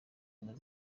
ubumwe